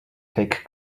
take